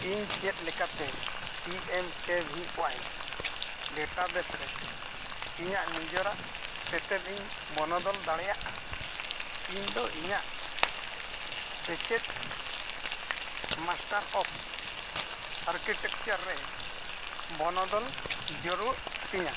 ᱤᱧ ᱪᱮᱫ ᱞᱮᱠᱟᱛᱮ P M K V Y database ᱨᱮ ᱤᱧᱟᱹᱜ ᱡᱤᱱᱮᱨᱟᱜ ᱛᱮᱛᱮᱫ ᱤᱧ ᱵᱚᱱᱚᱫᱚᱞ ᱫᱟᱲᱮᱭᱟᱜᱼᱟ ᱤᱧᱫᱚ ᱤᱧᱟᱹᱜ ᱥᱮᱪᱮᱫ ᱢᱟᱥᱴᱟᱨ ᱚᱯᱷ ᱟᱨᱠᱤᱴᱮᱠᱪᱟᱨ ᱨᱮ ᱵᱚᱱᱚᱫᱚᱞ ᱡᱟᱹᱨᱩᱲ ᱛᱤᱧᱟᱹ